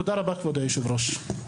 תודה רבה אדוני היושב ראש.